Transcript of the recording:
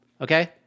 okay